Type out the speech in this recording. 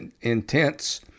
intense